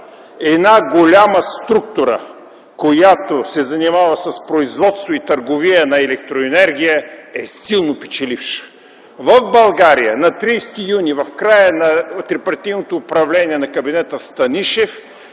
една голяма структура, която се занимава с производство и търговия на електроенергия е силно печеливша. В България на 30 юни в края на трипартийното управление на Кабинета Станишев